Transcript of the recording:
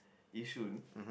yishun